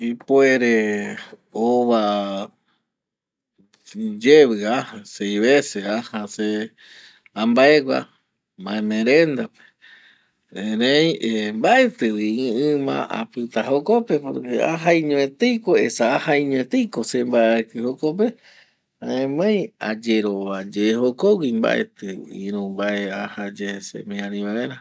Ipuere ova yevi aja seis veces aja se ambaegua maemerenda pe erei ˂hesitation˃ mbaeti vi ima apita jokope porque esa ajaño etei ko se vae aiki jokope jaemai ayerovia ye jokgüi mbaeti iru ye aja se miari vaera.